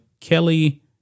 Kelly